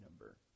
number